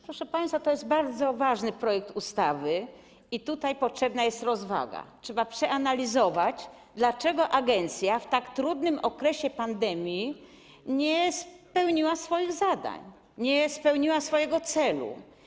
Proszę państwa, to jest bardzo ważny projekt ustawy i tu potrzebna jest rozwaga, trzeba przeanalizować, dlaczego agencja w tak trudnym okresie pandemii nie spełniła swoich zadań, nie spełniła swojego celu.